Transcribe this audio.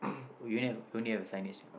oh you only have only have the signage